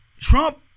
Trump